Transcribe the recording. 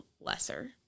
lesser